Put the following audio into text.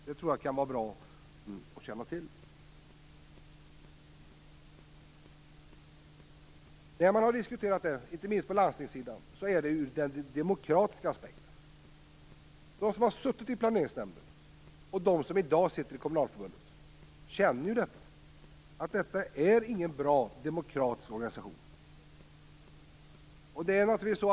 Jag tror att det kan vara bra att känna till det. Diskussionen om det här har, inte minst på landstingssidan, förts ur den demokratiska aspekten. De som har suttit i planeringsnämnden och de som i dag sitter i kommunalförbundet känner att de inte har en bra demokratisk organisation.